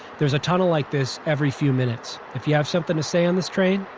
there's a tunnel like this every few minutes. if you have something to say on this train,